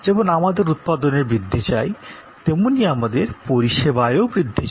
যেমন আমাদের উৎপাদনের বৃদ্ধি চাই তেমনি আমাদের পরিষেবায়ও বৃদ্ধি চাই